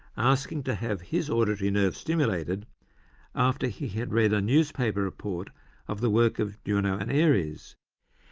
asking to have his auditory nerve stimulated after he had read a newspaper report of the work of djourno and eyries.